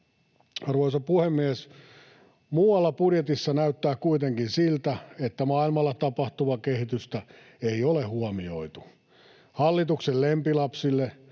Arvoisa puhemies! Muualla budjetissa näyttää kuitenkin siltä, että maailmalla tapahtuvaa kehitystä ei ole huomioitu. Hallituksen lempilapsille,